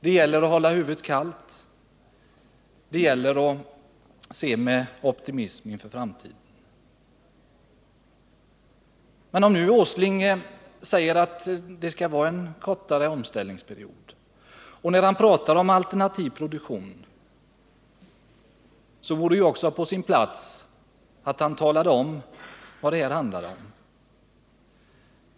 Det gäller att hålla huvudet kallt och att se med optimism på framtiden, men om herr Åsling säger att omställningsperioden skall förkortas och talar om alternativ produktion, vore det också på sin plats att han redovisade vad det handlar om.